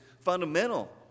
fundamental